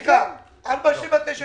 מה עשו פקידי הממשלה?